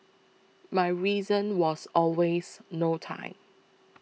my reason was always no time